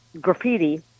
Graffiti